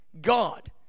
God